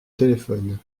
téléphone